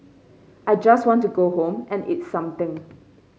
I just want to go home and eat something